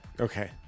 Okay